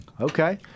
okay